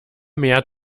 mehr